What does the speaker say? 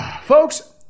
Folks